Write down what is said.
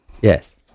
Yes